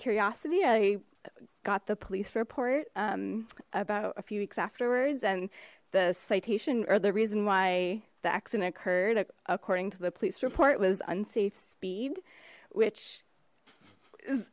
curiosity i got the police report about a few weeks afterwards and the citation or the reason why the accident occurred according to the police report was unsafe speed which